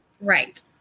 Right